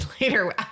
later